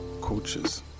coaches